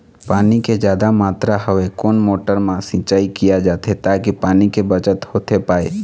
पानी के जादा मात्रा हवे कोन मोटर मा सिचाई किया जाथे ताकि पानी के बचत होथे पाए?